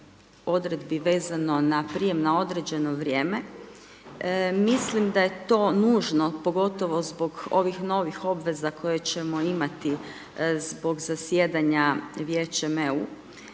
odredbi vezano na prijem na određeno vrijeme, mislim da je to nužno pogotovo zbog ovih novih obveza koje ćemo imati zbog zasjedanja Vijećem EU,